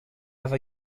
have